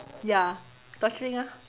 ya torturing ah